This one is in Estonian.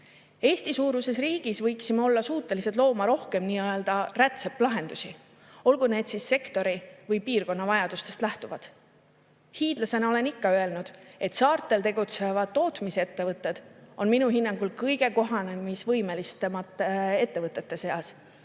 Eesti-suuruses riigis võiksime olla suutelised looma rohkem nii-öelda rätseplahendusi, olgu need siis sektori või piirkonna vajadustest lähtuvad. Hiidlasena olen ikka öelnud, et saartel tegutsevad tootmisettevõtted on minu hinnangul kõige kohanemisvõimelisemate ettevõtete seas,